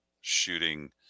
shooting